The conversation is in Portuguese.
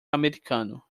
americano